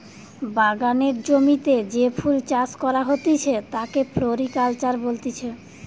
বাগানের জমিতে যে ফুল চাষ করা হতিছে তাকে ফ্লোরিকালচার বলতিছে